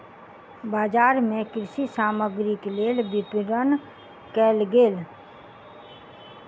बजार मे कृषि सामग्रीक लेल विपरण कयल गेल